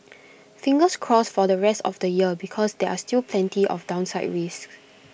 fingers crossed for the rest of the year because there are still plenty of downside risks